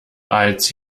als